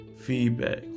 feedback